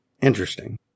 interesting